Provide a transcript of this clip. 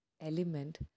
element